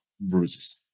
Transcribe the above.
bruises